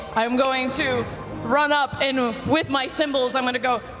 i'm going to run up and with my cymbals, i'm going to go